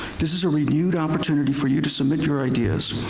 this is a renewed opportunity for you to submit your ideas.